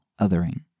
othering